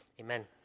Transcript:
Amen